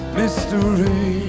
mystery